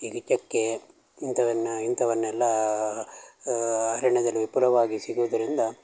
ಈಗ ಚಕ್ಕೆ ಇಂಥವನ್ನ ಇಂಥವನ್ನೆಲ್ಲ ಅರಣ್ಯದಲ್ಲಿ ವಿಪುಲವಾಗಿ ಸಿಗೋದ್ರಿಂದ